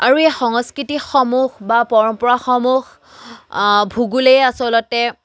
আৰু এই সংস্কৃতিসমূহ বা পৰম্পৰাসমূহ ভূগোলই আচলতে